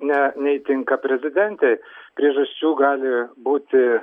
ne neįtinka prezidentei priežasčių gali būti